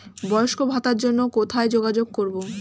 বয়স্ক ভাতার জন্য কোথায় যোগাযোগ করব?